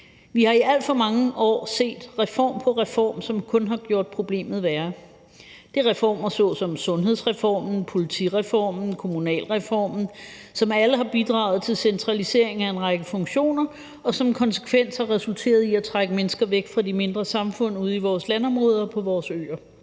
Vi har i alt for mange år set reform på reform, som kun har gjort problemet værre. Det er reformer såsom sundhedsreformen, politireformen, kommunalreformen, som alle har bidraget til centralisering af en række funktioner, og som konsekvens har resulteret i at trække mennesker væk fra de mindre samfund ude i vores landområder og på vores øer.